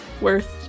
Worst